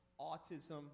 autism